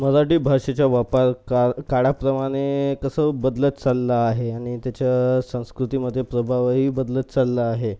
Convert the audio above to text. मराठी भाषेचा वापर का काळाप्रमाणे कसं बदलत चालला आहे आणि त्याच्या संस्कृतीमध्ये प्रभावही बदलत चालला आहे